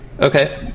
Okay